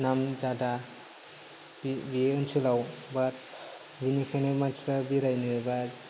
नामजादा बे ओनसोलाव बा बेनिखायनो मानसिफ्रा बेरायनो एबा